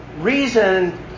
reason